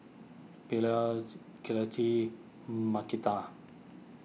Beaulah Citlali Markita